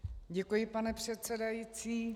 Děkuji, pane předsedající.